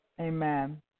Amen